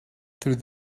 through